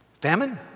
Famine